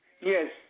Yes